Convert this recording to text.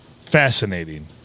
Fascinating